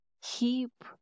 Keep